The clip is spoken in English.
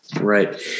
right